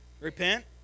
Repent